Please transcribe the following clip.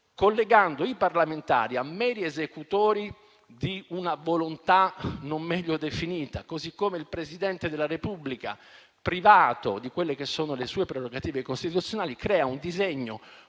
rendendo i parlamentari meri esecutori di una volontà non meglio definita, così come il Presidente della Repubblica, privato di quelle che sono le sue prerogative costituzionali, crea un disegno